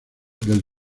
del